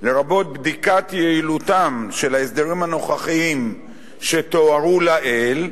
לרבות בדיקת יעילותם של ההסדרים הנוכחיים שתוארו לעיל,